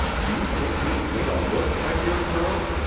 do you think you'd win a look, my dear girl?